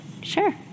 Sure